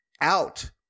out